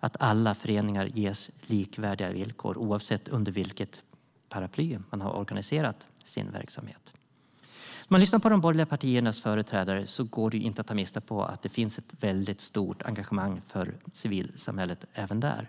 alla föreningar ges likvärdiga villkor, oavsett under vilket paraply de har organiserat sin verksamhet. När man lyssnar på de borgerliga partiernas företrädare går det inte att ta miste på att det finns ett stort engagemang för civilsamhället även där.